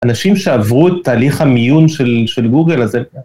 ‫אנשים שעברו את תהליך המיון ‫של גוגל הזה...